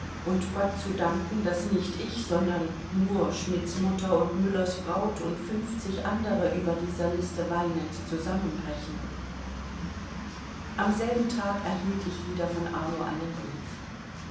und gott zu danken daß nicht ich sondern nur schmidts mutter und müllers braut und fünfzig andere über dieser liste weinend zusammenbrechen am selben tag erhielt ich wieder von arno einen brief